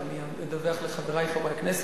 אני אדווח לחברי חברי הכנסת.